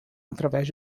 através